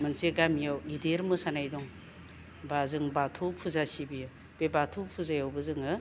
मोनसे गामियाव गिदिर मोसानाय दं एबा जों बाथौ फुजा सिबियो बे बाथौ फुजायावबो जोङो